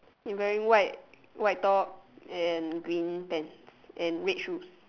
he wearing white white top and green pants and red shoes